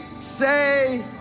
say